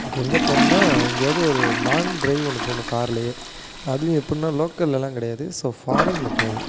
இங்கே எங்கே போகணுன்னா எங்கேயாவது ஒரு லாங் டிரைவ் ஒன்று போகணும் கார்லேயே அதுவும் எப்படிட்னா லோக்கல்லலாம் கிடையாது ஸோ ஃபாரினில் போகணும்